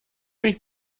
mich